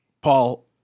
Paul